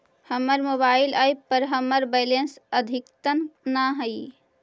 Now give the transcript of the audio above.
हमर mobile app पर हमर बैलेंस अद्यतन ना हई